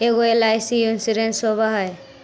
ऐगो LIC insurance होव है?